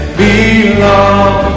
belong